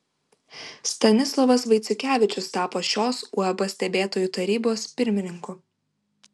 stanislovas vaiciukevičius tapo šios uab stebėtojų tarybos pirmininku